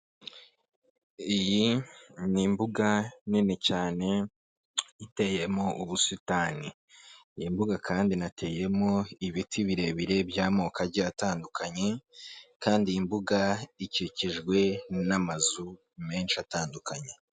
Iyi ni imbuga nini cyane iteyemo ubusitani, iyi mbuga kandi inateyemo ibiti birebire by'amoko agiye atandukanye kandi iyi mbuga ikikijwe n'amazu menshi atandukanye.